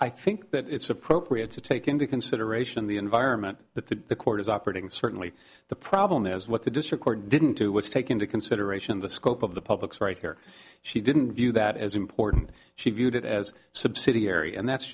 i think that it's appropriate to take into consideration the environment that the court is operating certainly the problem is what the district court didn't do was take into consideration the scope of the public's right here she didn't view that as important she viewed it as subsidiary and that's